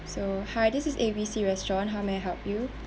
so hi this is A B C restaurant how may I help you